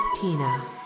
Tina